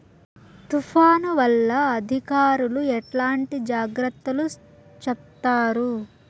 తుఫాను వల్ల అధికారులు ఎట్లాంటి జాగ్రత్తలు చెప్తారు?